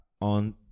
on